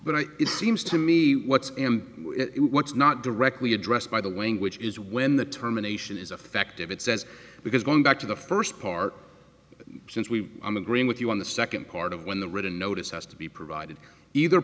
but it seems to me what's and what's not directly addressed by the way which is when the terminations is affective it says because going back to the first part since we i'm agreeing with you on the second part of when the written notice has to be provided either